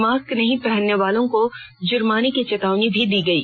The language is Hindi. मास्क नहीं पहनने वालों को जुर्माने की चेतावनी भी दी गयी